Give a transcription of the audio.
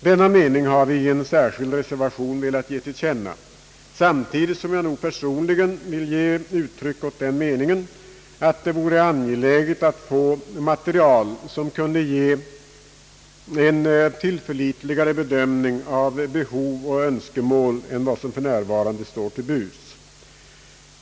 Denna mening har vi i en särskild reservation velat ge till känna, samtidigt som jag nog personligen vill ge uttryck åt den meningen, att det vore angeläget att få material som kunde ge en tillförlitligare bedömning av behov och önskemål än vad som för närvarande står till buds.